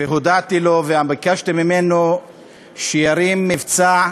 והודעתי לו, וביקשתי ממנו שירים מבצע,